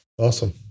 Awesome